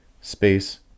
space